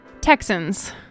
Texans